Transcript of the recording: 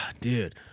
dude